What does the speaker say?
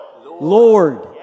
Lord